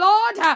Lord